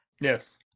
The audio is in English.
Yes